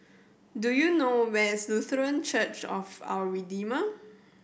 do you know where is Lutheran Church of Our Redeemer